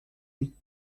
nuit